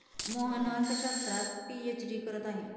मोहन अर्थशास्त्रात पीएचडी करत आहे